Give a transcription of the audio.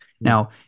Now